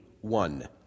one